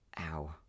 Ow